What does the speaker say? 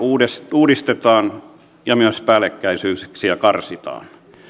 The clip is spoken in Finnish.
uudistetaan ja myös päällekkäisyyksiä karsitaan